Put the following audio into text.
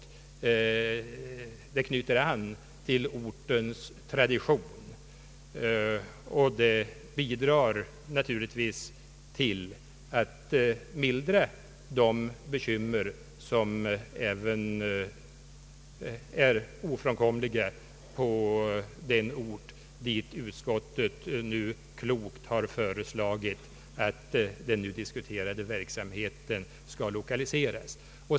Arbetena knyter an till ortens tradition och bidrar naturligtvis till att mildra ev. kommande bekymmer på den ort dit utskottet klokt har föreslagit att den nu diskuterade verksamheten skall lokaliseras.